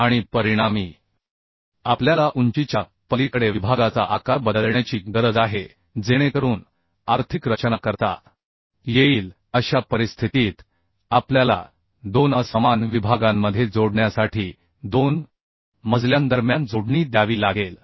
आणि परिणामी आपल्याला उंचीच्या पलीकडे विभागाचा आकार बदलण्याची गरज आहे जेणेकरून आर्थिक रचना करता येईल अशा परिस्थितीत आपल्याला दोन असमान विभागांमध्ये जोडण्यासाठी दोन मजल्यांदरम्यान जोडणी द्यावी लागेल